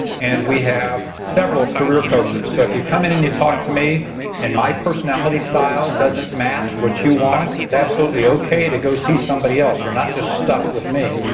and we have several career coaches, so if you come in and you talk to me and my personality style doesn't match what you want, it is absolutely okay to go see somebody else. you're not just stuck with me.